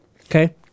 Okay